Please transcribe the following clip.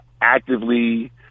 actively